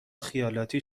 خیالاتی